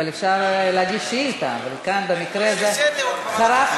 אפשר להגיש שאילתה, אבל כאן במקרה הזה חרגתי.